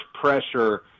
pressure